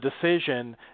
decision